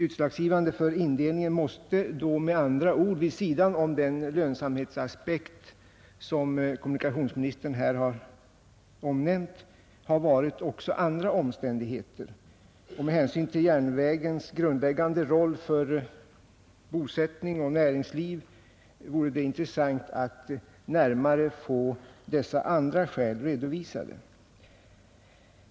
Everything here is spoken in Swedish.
Utslagsgivande för indelningen måste då med andra ord, vid sidan om den lönsamhetsaspekt som kommunikationsministern här har omnämnt, ha varit också andra omständigheter. Med hänsyn till järnvägens grundläggande roll för bosättning och näringsliv vore det intressant att närmare få dessa andra skäl redovisade.